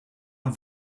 een